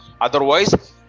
Otherwise